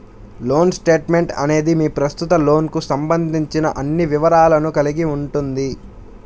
loan statement అనేది మీ ప్రస్తుత లోన్కు సంబంధించిన అన్ని వివరాలను కలిగి ఉంటుంది